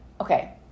Okay